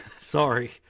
Sorry